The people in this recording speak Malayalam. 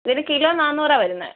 ഇതിന് കിലോ നാന്നൂറാണ് വരുന്നത്